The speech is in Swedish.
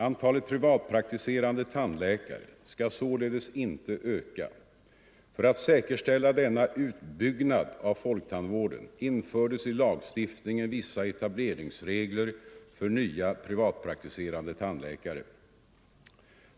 Antalet privatpraktiserande tandläkare skall således inte öka. För att säkerställa denna utbyggnad av folktandvården infördes i lagstiftningen vissa etableringsregler för nya privatpraktiserande tandläkare.